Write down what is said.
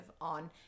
on